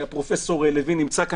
פרופ' לוין נמצא כאן,